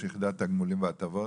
ראש יחידת תגמולים והטבות,